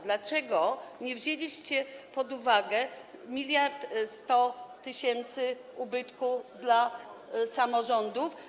Dlaczego nie wzięliście pod uwagę 1 mld 100 tys. ubytku dla samorządów?